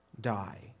die